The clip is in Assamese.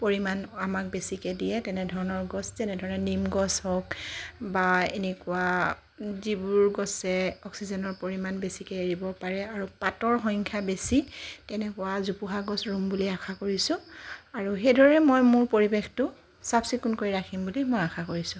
পৰিমাণ আমাক বেছিকৈ দিয়ে তেনেধৰণৰ গছ যেনেধৰণে নিম গছ হওঁক বা এনেকুৱা যিবোৰ গছে অক্সিজেনৰ পৰিমাণ বেছিকে এৰিব পাৰে আৰু পাতৰ সংখ্যা বেছি তেনেকুৱা জোপোহা গছ ৰুম বুলি আশা কৰিছোঁ আৰু সেইদৰে মই মোৰ পৰিবেশটো চাফ চিকুণ কৰি ৰাখিম বুলি মই আশা কৰিছোঁ